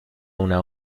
una